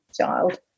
child